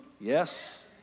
Yes